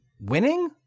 winning